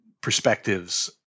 perspectives